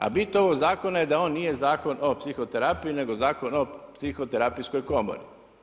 A bit ovog zakona je da on nije Zakon o psihoterapiji, nego Zakon o psihoterapijskoj komori.